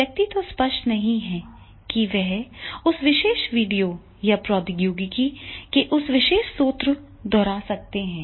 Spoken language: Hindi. व्यक्ति तो स्पष्ट नहीं है कि वह उस विशेष वीडियो या प्रौद्योगिकी के उस विशेष स्रोत दोहरा सकते हैं